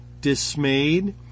dismayed